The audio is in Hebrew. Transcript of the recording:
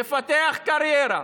לפתח קריירה